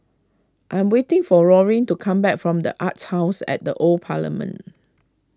I am waiting for Rollin to come back from the Arts House at the Old Parliament